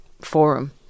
forum